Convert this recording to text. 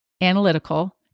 analytical